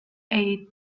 eight